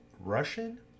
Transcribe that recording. Russian